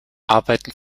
arbeiten